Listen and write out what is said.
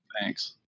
thanks